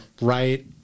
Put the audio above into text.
right